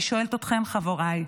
אני שואלת אתכם, חבריי.